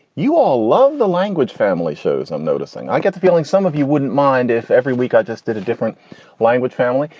you all love the language family shows. i'm noticing. i get the feeling some of you wouldn't mind if every week i just did a different language family.